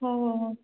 हो हो हो